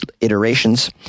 iterations